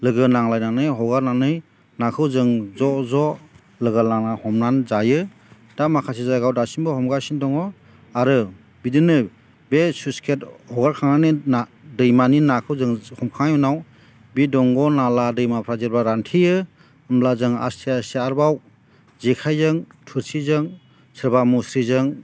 लोगो नांलायनानै हगारनानै नाखौ जों ज' ज' लोगो लानानै हमनानै जायो दा माखासे जायगायाव दासिमबो हमगासिनो दङ आरो बिदिनो बे स्लुइस गेट हगारखांनानै दैमानि नाखौ जोङो हमखांनायनि उनाव बे दंग' नालाफ्रा जेब्ला रानथेयो होमब्ला जों आसथे आसथे आरबाव जेखाइजों थोरसिजों सोरबा मुस्रिजों